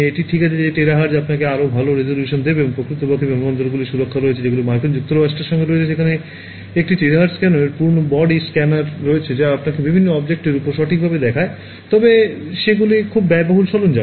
এটি ঠিক যে টেরাহার্জ আপনাকে আরও ভাল রেজোলিউশন দেবে এবং প্রকৃতপক্ষে এই বিমানবন্দরগুলির সুরক্ষা রয়েছে যেগুলি মার্কিন যুক্তরাষ্ট্রের রয়েছে যেখানে তাদের একটি টেরাহার্জ স্ক্যানার পূর্ণ বডি স্ক্যানার রয়েছে যা আপনাকে বিভিন্ন অবজেক্টের উপস্থিতিটি সঠিকভাবে দেখায় তবে সেগুলি খুব ব্যয়বহুল সরঞ্জাম